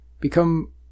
become